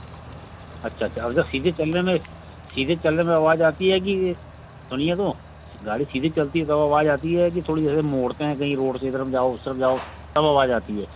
अच्छा अच्छा और जो सीधे चलने में सीधे चलने में आवाज आती है कि सुनिए तो गाड़ी सीधी चलती है तब आवाज आती है कि थोड़ी जैसे कि मोड़ते हैं तो ये रोड से इस तरफ़ जाओ उस तरफ़ जाओ तब आवाज आती है